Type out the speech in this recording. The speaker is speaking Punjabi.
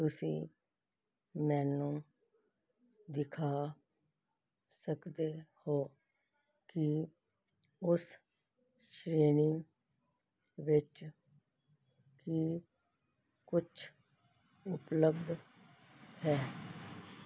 ਤੁਸੀਂ ਮੈਨੂੰ ਦਿਖਾ ਸਕਦੋ ਹੋ ਕਿ ਉਸ ਸ਼੍ਰਣੀ ਵਿੱਚ ਕੀ ਕੁਛ ਉਪਲੱਬਧ ਹੈ